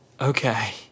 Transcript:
Okay